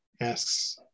asks